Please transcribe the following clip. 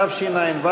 התשע"ו